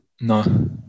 No